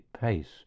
pace